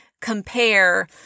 compare